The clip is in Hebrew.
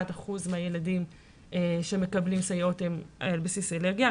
61% מהילדים שמקבלים סייעות הם על בסיס אלרגיה.